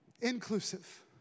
Inclusive